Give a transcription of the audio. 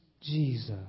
Jesus